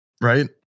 right